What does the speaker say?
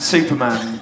Superman